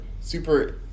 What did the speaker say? super